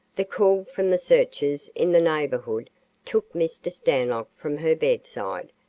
the call from the searchers in the neighborhood took mr. stanlock from her bedside,